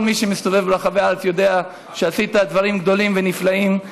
כל מי שמסתובב ברחבי הארץ יודע שעשית דברים גדולים ונפלאים,